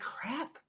crap